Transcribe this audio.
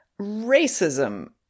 Racism